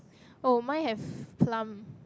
oh mine have plum